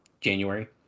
January